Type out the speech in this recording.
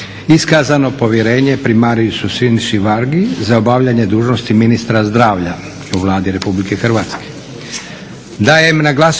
iskazano povjerenje primariusu Siniši Vargi za obavljanje dužnosti ministra zdravlja u Vladi Republike Hrvatske.